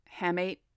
hamate